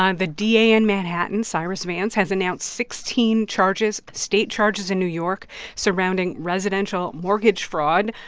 um the da in manhattan, cyrus vance, has announced sixteen charges state charges in new york surrounding residential mortgage fraud.